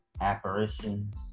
apparitions